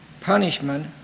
punishment